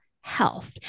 health